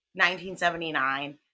1979